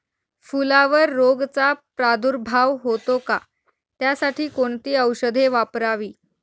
फुलावर रोगचा प्रादुर्भाव होतो का? त्यासाठी कोणती औषधे वापरावी?